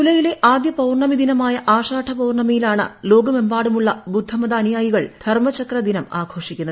ജൂലൈയിലെ ആദ്യ പൌർണമി ദിനമായ ആഷാഢ പൌർണമിയിലാണ് ലോകമെമ്പാടുമുള്ള ബുദ്ധ മതാനുയായികൾ ധർമ്മചക്ര ദിനം ആഘോഷിക്കുന്നത്